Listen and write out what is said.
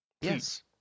Yes